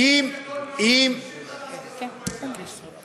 הוא הבין שזה, חבר הכנסת גואטה.